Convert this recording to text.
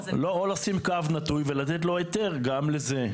לא, או לשים קו נטוי ולתת לו היתר גם לזה.